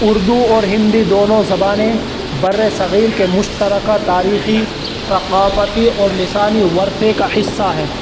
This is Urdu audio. اردو اور ہندی دونوں زبانیں برِ صغیر کے مشترکہ تاریخی ثقافتی اور لسانی ورثے کا حصہ ہے